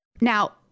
Now